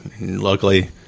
luckily